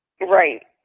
Right